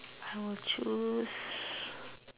I would choose